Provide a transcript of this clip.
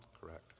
Correct